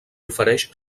ofereix